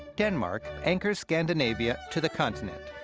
denmark anchors scandinavia to the continent.